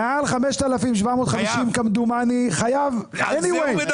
מעל 5,750 ₪, כמדומני, חייב Anyway.